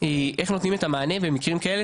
איך נותנים את המענה במקרים כאלה,